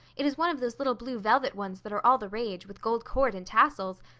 it is one of those little blue velvet ones that are all the rage, with gold cord and tassels.